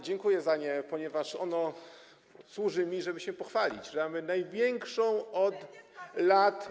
Dziękuję za nie, ponieważ ono służy mi do tego, żeby się pochwalić, że mamy największą od lat.